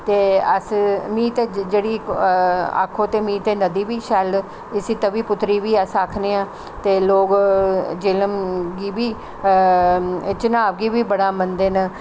में अस मीं ते जेह्ड़ी आक्खो ते मीं ते नदी बी शैल इसी तवी पुत्री बी अस आक्खने आं ते लोग झेलम गी बी चनाव गी बी बड़ा मन्नदे न